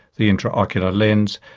the intraocular lens,